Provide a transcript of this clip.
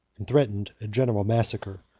and threatened a general massacre.